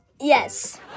Yes